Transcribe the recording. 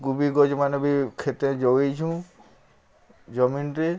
କୁବି ଗଛ୍ମାନେ ବି କ୍ଷେତେ ଜଗେଇଛୁଁ ଜମିନ୍ରେ